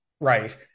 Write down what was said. right